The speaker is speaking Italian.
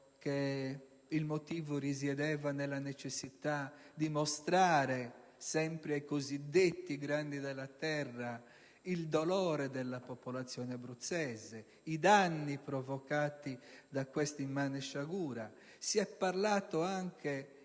che il motivo risiedeva nella necessità di mostrare - sempre ai cosiddetti grandi della terra - il dolore della popolazione abruzzese, i danni provocati da quella immane sciagura. Si è parlato, in